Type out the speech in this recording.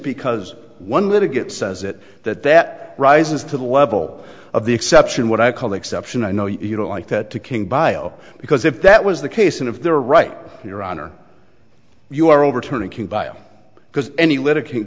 because one little get says it that that rises to the level of the exception what i call the exception i know you don't like that ticking bio because if that was the case and if they're right your honor you are overturning because any